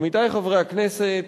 עמיתי חברי הכנסת,